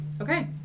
okay